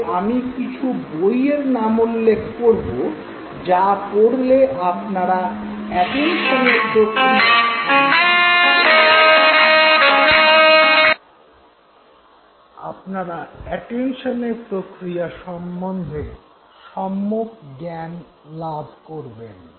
তবে আমি কিছু বইয়ের নামোল্লেখ করব যা পড়লে আপনারা অ্যাটেনশনের প্রক্রিয়া সম্বন্ধে সম্যক জ্ঞান লাভ করবেন